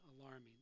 alarming